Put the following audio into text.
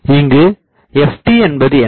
இங்குFtஎன்பது என்ன